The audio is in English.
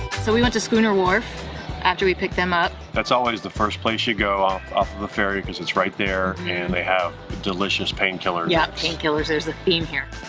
so, we went to schooner wharf after we picked them up. that's always the first place you go off of the ferry because it's right there and they have delicious painkillers. yeah, painkillers, there's a theme here.